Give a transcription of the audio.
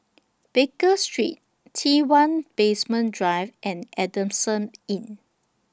Baker Street T one Basement Drive and Adamson Inn